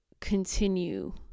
continue